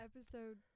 episode